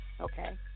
Okay